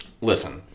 Listen